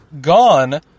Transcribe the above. gone